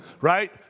right